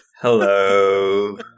Hello